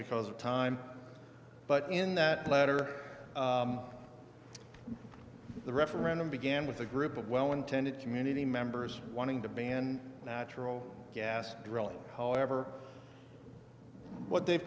because of time but in that letter the referendum began with a group of well intended community members wanting to ban natural gas drilling however what they've